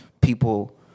people